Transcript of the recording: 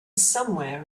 somewhere